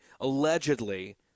allegedly